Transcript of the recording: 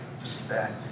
respect